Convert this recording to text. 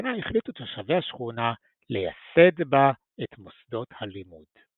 בסכנה החליטו תושבי השכונה לייסד בה את מוסדות הלימוד.